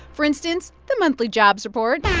for instance, the monthly jobs report